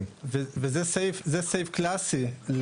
וזה סעיף קלאסי,